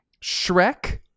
Shrek